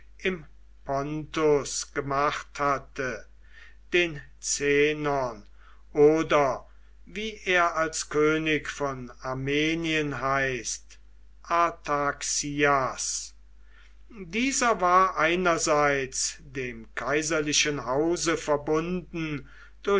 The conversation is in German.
im pontus gemacht hatte den zenon oder wie er als könig von armenien heißt artaxias dieser war einerseits dem kaiserlichen hause verbunden